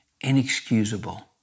inexcusable